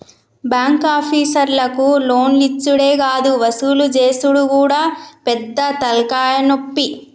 బాంకాపీసర్లకు లోన్లిచ్చుడే గాదు వసూలు జేసుడు గూడా పెద్ద తల్కాయనొప్పి